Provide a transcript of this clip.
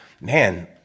man